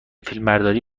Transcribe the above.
فیلمبرداری